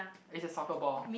is a soccer ball